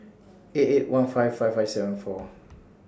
eight eight one five five five seven four